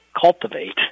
Cultivate